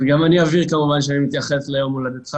אז גם אני אבהיר כמובן שאני מתייחס ליום הולדתך.